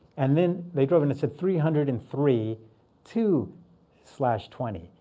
and then they drove. and it said three hundred and three two slash twenty.